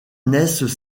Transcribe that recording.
naissent